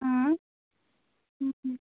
اۭں